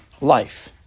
life